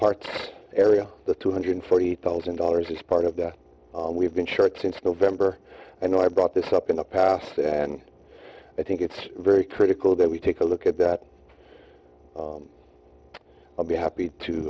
part area the two hundred forty thousand dollars is part of that we've been short since november and i brought this up in the past and i think it's very critical that we take a look at that i'll be happy to